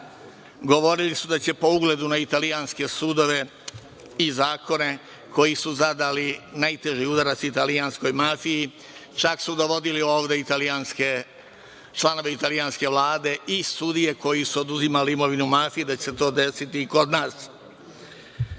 govorili su da će po ugledu na italijanske sudove i zakone koji su zadali najteži udarac italijanskoj mafiji, čak su dovodili ovde članove italijanske vlade i sudije koji su oduzimali imovinu mafiji da će se to desiti kod nas.I